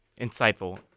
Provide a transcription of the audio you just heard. Insightful